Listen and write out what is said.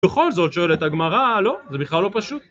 בכל זאת שואלת הגמרא, לא, זה בכלל לא פשוט.